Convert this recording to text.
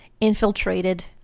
infiltrated